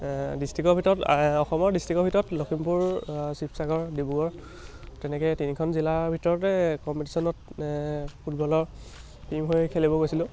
ডিষ্ট্ৰিকৰ ভিতৰত অসমৰ ডিষ্ট্ৰিকৰ ভিতৰত লখিমপুৰ শিৱসাগৰ ডিব্ৰুগড় তেনেকৈ তিনিখন জিলাৰ ভিতৰতে কম্পিটিশ্যনত ফুটবলৰ টিম হৈ খেলিব গৈছিলোঁ